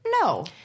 No